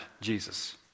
Jesus